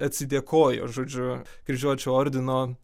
atsidėkojo žodžiu kryžiuočių ordino